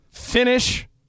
Finish